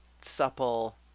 supple